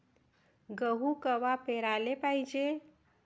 गहू कवा पेराले पायजे?